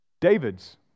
David's